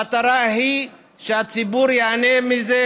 המטרה היא שהציבור ייהנה מזה,